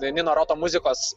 tai nino roto muzikos